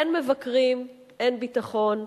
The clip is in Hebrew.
אין מבקרים, אין ביטחון,